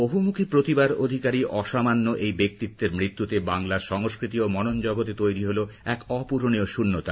বহুমুখী প্রতিভার অধিকারী অসামান্য এই ব্যক্তিত্বের মৃত্যুতে বাংলার সংস্কৃতি ও মনন জগতে তৈরি হলো এক অপূরণীয় শন্যতা